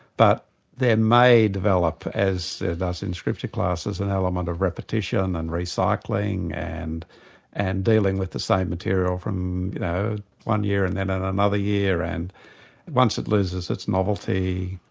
but there may develop as it does in scripture classes, an element of repetition and recycling and and dealing with the same material from you know one year and then ah another year, and once it loses its novelty,